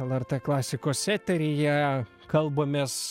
lrt klasikos eteryje kalbamės